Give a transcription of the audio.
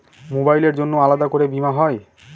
মোবাইলের জন্য আলাদা করে বীমা হয়?